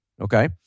okay